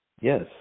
yes